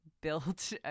built